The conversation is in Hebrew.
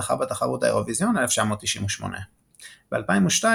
זכה בתחרות האירוויזיון 1998. ב-2002